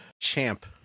Champ